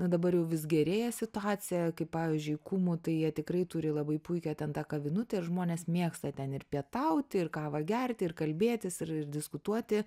na dabar jau vis gerėja situacija kai pavyzdžiui kumu tai jie tikrai turi labai puikią ten tą kavinukę ir žmonės mėgsta ten ir pietauti ir kavą gerti ir kalbėtis ir ir diskutuoti